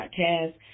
podcast